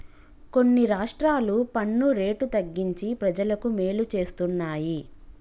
కొన్ని రాష్ట్రాలు పన్ను రేటు తగ్గించి ప్రజలకు మేలు చేస్తున్నాయి